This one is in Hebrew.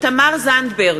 תמר זנדברג,